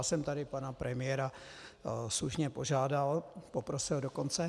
Já jsem tady pana premiéra slušně požádal, poprosil dokonce.